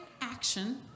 action